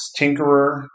tinkerer